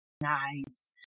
nice